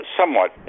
somewhat